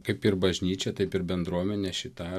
kaip ir bažnyčia taip ir bendruomenė šita